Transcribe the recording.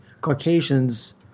Caucasians